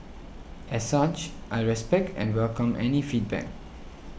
as such I respect and welcome any feedback